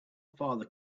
father